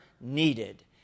needed